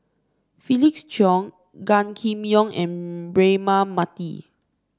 Felix Cheong Gan Kim Yong and Braema Mathi